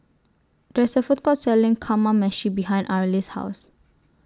There IS A Food Court Selling Kamameshi behind Arlis' House